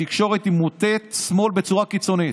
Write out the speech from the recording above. שהתקשורת היא מוטת שמאל בצורה קיצונית,